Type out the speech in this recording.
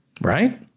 right